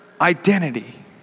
identity